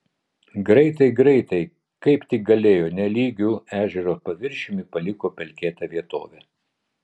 greitai greitai kaip tik galėjo nelygiu ežero paviršiumi paliko pelkėtą vietovę